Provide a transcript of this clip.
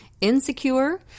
insecure